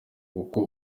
kuko